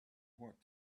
what